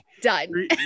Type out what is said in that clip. done